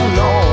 no